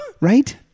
right